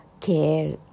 care